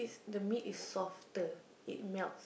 the meat is softer it melt